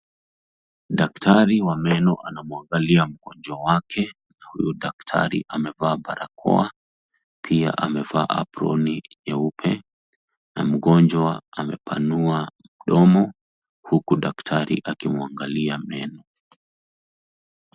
Daktari wa meno anamwangalia mgonjwa wake. Huyu daktari amevaa barakoa, pia amevaa aproni nyeupe, na mgonjwa amepanua mdomo huku daktari akimwangalia meno.